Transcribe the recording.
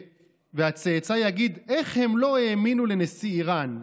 והצאצא יגיד: איך הם לא האמינו לנשיא איראן?